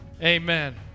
Amen